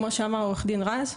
כמו שאמר עורך הדין רז,